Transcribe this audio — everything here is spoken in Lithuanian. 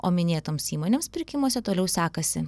o minėtoms įmonėms pirkimuose toliau sekasi